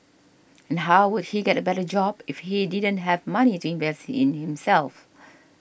and how would he get a better job if he didn't have money to invest in himself